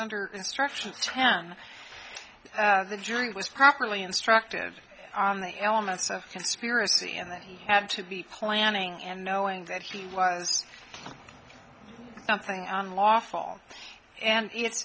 under instruction tran the jury was properly instructed on the elements of conspiracy and that have to be planning and knowing that he was something unlawful and it